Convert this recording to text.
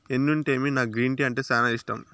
ఎన్నుంటేమి నాకు green tea అంటే సానా ఇష్టం